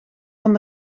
van